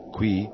Qui